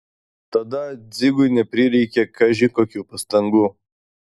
tada dzigui neprireikė kaži kokių pastangų